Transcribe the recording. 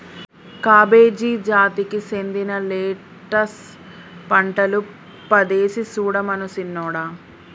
cabbage జాతికి సెందిన lettuce పంటలు పదేసి సుడమను సిన్నోడా